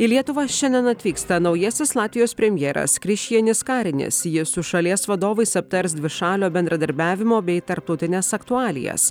į lietuvą šiandien atvyksta naujasis latvijos premjeras krišjienis karinis jie su šalies vadovais aptars dvišalio bendradarbiavimo bei tarptautines aktualijas